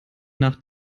nach